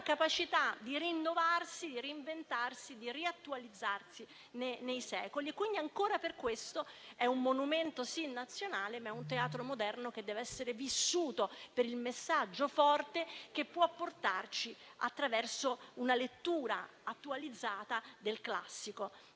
capacità di rinnovarsi, di reinventarsi e riattualizzarsi nei secoli. Per questo è un monumento nazionale, ma anche un teatro moderno che deve essere vissuto per il messaggio forte che può portarci attraverso una lettura attualizzata del classico.